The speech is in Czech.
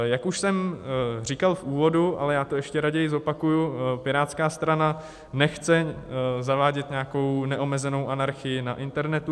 Jak už jsem říkal v úvodu, ale já to ještě raději zopakuji, Pirátská strana nechce zavádět nějakou neomezenou anarchii na internetu.